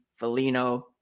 Fellino